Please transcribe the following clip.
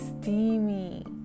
steamy